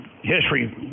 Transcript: history